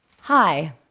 hi